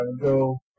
go